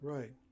Right